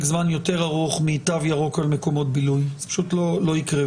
זמן יותר ארוך מפרק זמן על מקומות בילוי זה פשוט לא יקרה.